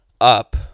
up